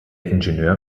ingenieur